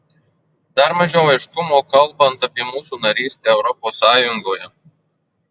dar mažiau aiškumo kalbant apie mūsų narystę europos sąjungoje